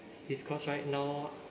its cost right now